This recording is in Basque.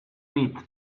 dit